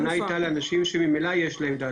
הכוונה הייתה לאנשים שממילא יש להם את ההתאמה הביטחונית.